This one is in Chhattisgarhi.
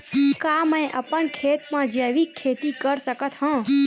का मैं अपन खेत म जैविक खेती कर सकत हंव?